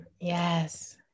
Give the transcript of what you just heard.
yes